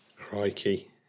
Crikey